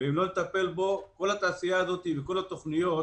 אם לא נטפל בו, כל התעשייה הזאת וכל התוכניות,